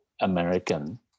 American